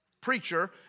preacher